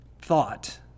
thought